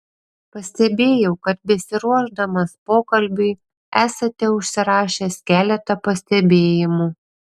pastebėjau kad besiruošdamas pokalbiui esate užsirašęs keletą pastebėjimų